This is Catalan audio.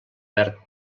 verd